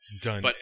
done